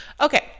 Okay